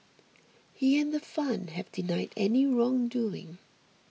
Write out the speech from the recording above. he and the fund have denied any wrongdoing